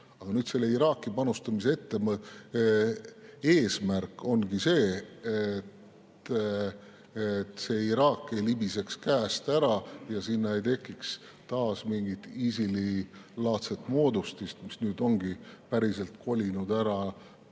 Aga selle Iraaki panustamise eesmärk ongi see, et Iraak ei libiseks käest ära ja sinna ei tekiks taas mingit ISIL-i-laadset moodustist, mis nüüd ongi päriselt kolinud ära